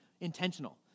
intentional